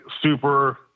super